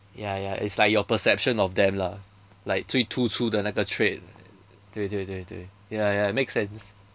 ya ya it's like your perception of them lah like 最突出的那个 trait 对对对对 ya ya it makes sense